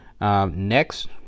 Next